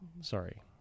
sorry